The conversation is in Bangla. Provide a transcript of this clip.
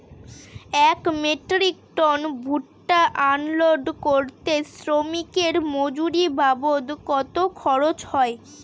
এক মেট্রিক টন ভুট্টা আনলোড করতে শ্রমিকের মজুরি বাবদ কত খরচ হয়?